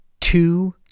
Two